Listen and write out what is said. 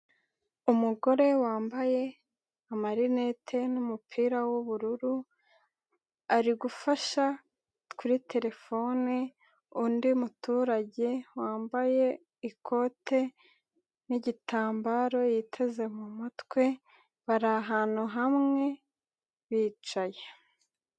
Umugore wambaye amarinete n'umupira w'ubururu. Ari gufasha kuri terefone undi muturage wambaye ikote n'igitambaro yiteze mu mutwe. Bari ahantu hamwe bicaye.